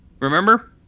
remember